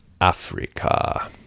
Africa